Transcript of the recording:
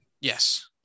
Yes